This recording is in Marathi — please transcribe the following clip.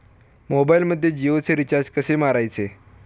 मोबाइलमध्ये जियोचे रिचार्ज कसे मारायचे?